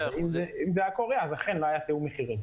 אם זה היה קורה אז אכן לא היה תיאום מחירים.